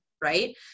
Right